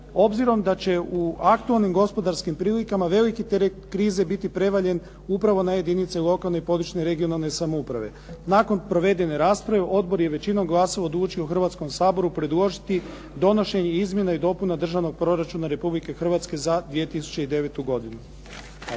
obzirom da će u aktualnim gospodarskim prilikama veliki teret krize biti prevaljen upravo na jedinice lokalne i područne (regionalne) samouprave. Nakon provedene rasprave odbor je većinom glasova odlučio Hrvatskom saboru predložiti donošenje Izmjena i dopuna Državnog proračuna Republike Hrvatske za 2009. godinu.